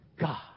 God